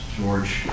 George